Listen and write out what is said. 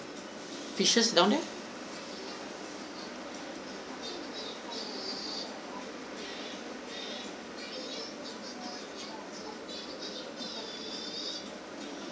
fishes down there